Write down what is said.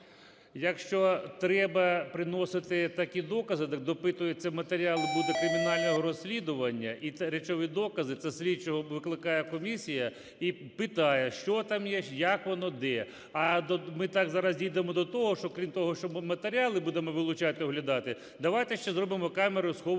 Якщо треба приносити такі докази, так допитуватися будуть матеріали кримінального розслідування, і речові докази, це слідчого викликає комісія і питає, що там є, як воно, де? А ми так зараз дійдемо до того, що крім того, що матеріали будемо вилучати, оглядати, давайте ще зробимо камеру схову